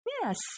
Yes